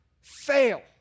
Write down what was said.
fail